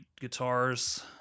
Guitars